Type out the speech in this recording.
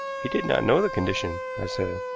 he did not know the condition, i said.